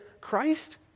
Christ